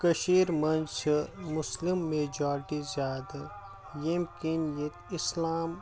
کٔشیٖر منٛز چھِ Muslim majority زیادٕ ییٚمۍ کِنۍ ییٚتہِ اسلام